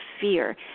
fear